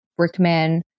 Brickman